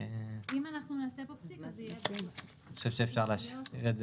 אני חושבת שאפשר להשאיר את זה,